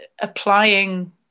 applying